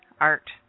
art